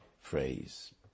phrase